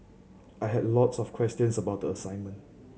I had a lot of questions about the assignment